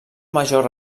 major